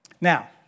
Now